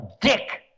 Dick